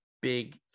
big